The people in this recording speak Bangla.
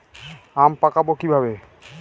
আম পাকাবো কিভাবে?